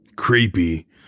Creepy